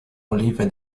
oliwy